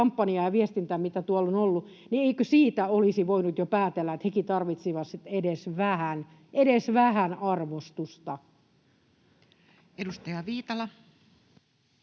kampanjaa ja viestintää, mitä tuolla on ollut, niin eikö siitä olisi voinut jo päätellä, että hekin tarvitsisivat edes vähän, edes vähän,